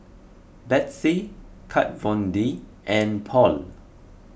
Betsy Kat Von D and Paul